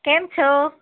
કેમ છો